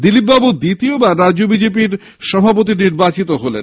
দিলীপবাবু দ্বিতীয় বার রাজ্য বিজেপি র সভাপতি নির্বাচিত হলেন